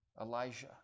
Elijah